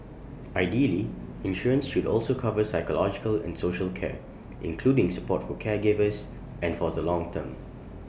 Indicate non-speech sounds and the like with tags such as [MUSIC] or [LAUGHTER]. ideally insurance should also cover [NOISE] psychological and social care including support for caregivers and for the long term